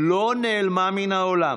לא נעלמה מן העולם,